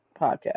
podcast